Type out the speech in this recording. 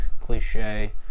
cliche